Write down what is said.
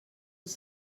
was